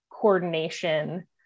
coordination